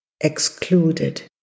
excluded